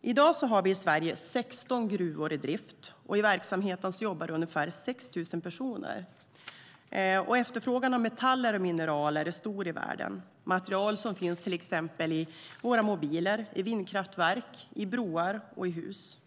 I dag har vi 16 gruvor i drift i Sverige, och i verksamheten jobbar det ungefär 6 000 personer. Efterfrågan på metaller och mineraler är stor i världen. Det handlar om material som finns till exempel i våra mobiler, i vindkraftverk, i broar och i hus.